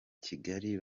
kigali